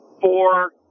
four